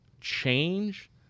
change